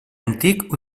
antic